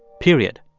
period.